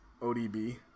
ODB